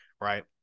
right